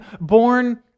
born